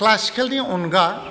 क्लासिकेलनि अनगा